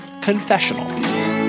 confessional